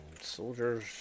soldiers